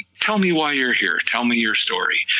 tell me why you're here, tell me your story,